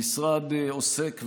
המשרד עוסק,